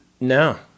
No